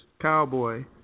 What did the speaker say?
cowboy